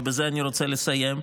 ובזה אני רוצה לסיים,